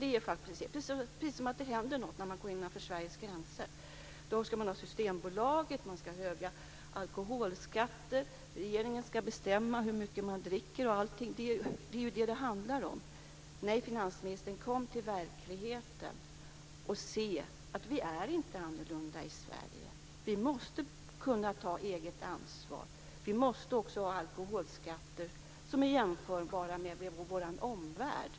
Det är precis som att det händer något när man kommer innanför Sveriges gränser. Då måste man handla på Systembolaget, då är alkoholskatterna höga och då ska regeringen bestämma hur mycket man ska dricka. Nej, finansministern, kom ut i verkligheten och se att vi inte är annorlunda i Sverige. Vi måste kunna ta eget ansvar. Vi måste också ha alkoholskatter som är jämförbara med dem i vår omvärld.